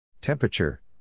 Temperature